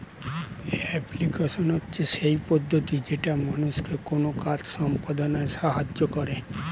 application হচ্ছে সেই পদ্ধতি যেটা মানুষকে কোনো কাজ সম্পদনায় সাহায্য করে